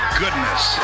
goodness